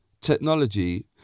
technology